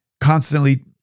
constantly